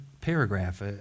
paragraph